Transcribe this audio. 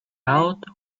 out